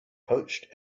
poached